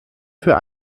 für